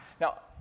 Now